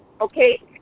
Okay